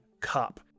cop